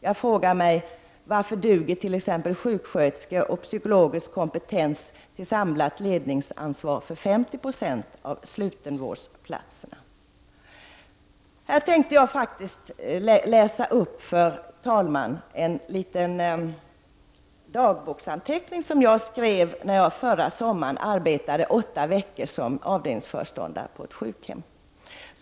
Jag frågar mig: Varför duger t.ex. sjuksköterskors och psykologers kompetens till samlat ledningsansvar för 50 76 av slutenvårdsplatserna? Herr talman! Jag tänker nu läsa upp de dagboksanteckningar jag skrev när jag förra sommaren arbetade åtta veckor som avdelningsföreståndare på ett sjukhem.